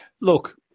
Look